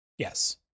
Yes